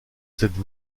cette